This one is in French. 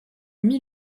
mis